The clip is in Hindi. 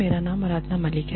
मेरा नाम आराधना मलिक है